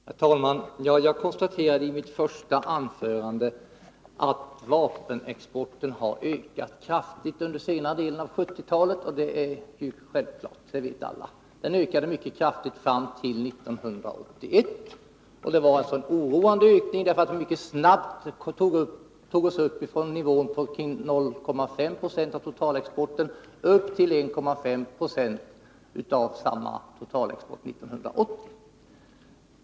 Herr talman! Jag konstaterade i mitt första anförande att vapenexporten har ökat kraftigt under senare delen av 1970-talet. Alla vet att den ökade mycket kraftigt fram till 1981. Det var en mycket oroande ökning, därför att vi snabbt tog oss upp från en nivå kring 0,5 90 av totalexporten till 1,5 96 1980.